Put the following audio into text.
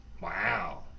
Wow